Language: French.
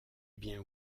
bien